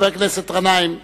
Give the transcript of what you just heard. בבקשה, חבר הכנסת גנאים,